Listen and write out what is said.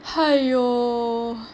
!aiyo!